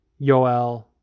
Yoel